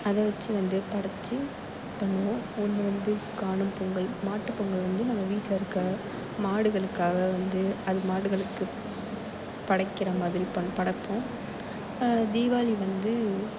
அதை வச்சி வந்து படைச்சி பண்ணுவோம் ஒன்னு வந்து காணும் பொங்கல் மாட்டு பொங்கல் வந்து நம்ம வீட்டில் இருக்கிற மாடுகளுக்காக வந்து அது மாடுகளுக்கு படைக்கிறமாதிரி படைப்போம் தீபாளி வந்து